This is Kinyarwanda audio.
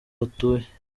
batuye